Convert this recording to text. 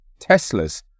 Teslas